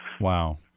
Wow